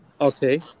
Okay